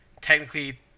technically